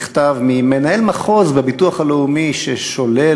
מכתב ממנהל מחוז בביטוח הלאומי ששולל